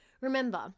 Remember